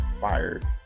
fired